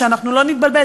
שאנחנו לא נתבלבל,